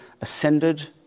ascended